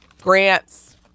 grants